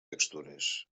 textures